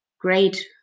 great